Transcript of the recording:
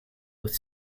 with